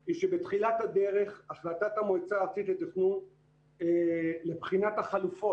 היא שבתחילת הדרך החלטת המועצה הארצית לתכנון לבחינת החלופות,